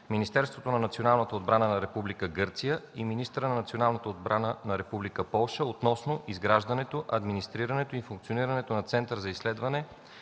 Министерството на националната отбрана на Република Гърция и министъра на националната отбрана на Република Полша относно изграждането, администрирането и функционирането на Център за изследване,